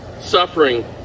suffering